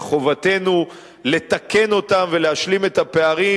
וחובתנו לתקן אותם ולהשלים את הפערים,